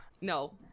No